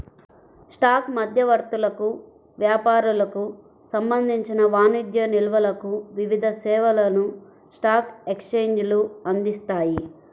stock మధ్యవర్తులకు, వ్యాపారులకు సంబంధించిన వాణిజ్య నిల్వలకు వివిధ సేవలను స్టాక్ ఎక్స్చేంజ్లు అందిస్తాయి